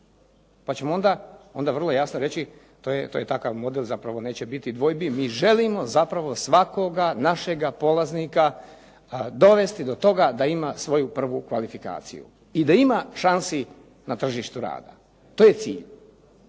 Pa ćemo onda vrlo jasno reći to je takav model, zapravo neće biti dvojbi, mi želimo zapravo svakoga našega polaznika dovesti do toga da ima svoju prvu kvalifikaciju i da ima šansi na tržištu rada. To je cilj,